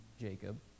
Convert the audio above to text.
Jacob